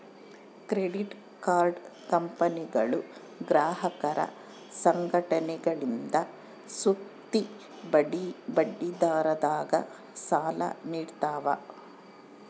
credit card ಕಂಪನಿಗಳು ಗ್ರಾಹಕರ ಸಂಘಟನೆಗಳಿಂದ ಸುಸ್ತಿ ಬಡ್ಡಿದರದಾಗ ಸಾಲ ನೀಡ್ತವ